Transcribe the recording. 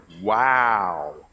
Wow